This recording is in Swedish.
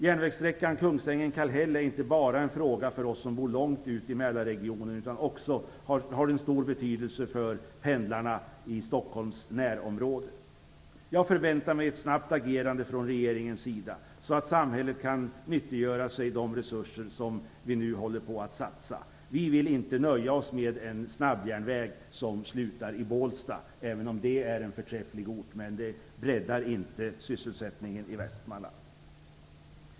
Järnvägssträckan Kungsängen-Kallhäll är inte bara en fråga för oss som bor långt ut i Mälarregionen, utan den har också stor betydelse för pendlarna i Jag förväntar mig ett snabbt agerande från regeringens sida, så att samhället kan nyttiggöra sig de resurser som vi nu håller på att satsa. Vi vill inte nöja oss med en snabbjärnväg som slutar i Bålsta. Även om det är en förträfflig ort, ökar det ändå inte sysselsättningen i Västmanland.